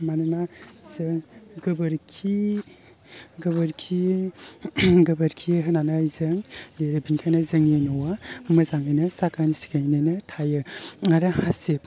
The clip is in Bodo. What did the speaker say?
मानोना जों गोबोरखि गोबोरखि होनानै जों लिरो बेनिखायनो जोंनि न'आ मोजाङैनो साखोन सिखोनैनो थायो आरो हासिब